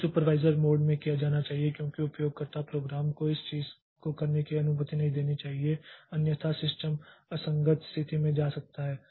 तो यह supervisor mode में किया जाना चाहिए क्योंकि उपयोगकर्ता प्रोग्राम को इस चीज़ को करने की अनुमति नहीं दी जानी चाहिए अन्यथा सिस्टम असंगत स्थिति में जा सकता है